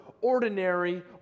ordinary